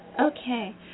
Okay